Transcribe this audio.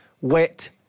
wet